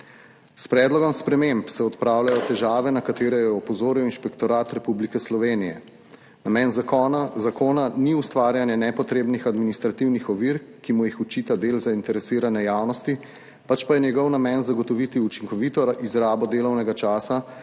S predlogom sprememb se odpravljajo težave, na katere je opozoril Inšpektorat Republike Slovenije za delo. Namen zakona ni ustvarjanje nepotrebnih administrativnih ovir, ki mu jih očita del zainteresirane javnosti, pač pa je njegov namen zagotoviti učinkovito izrabo delovnega časa,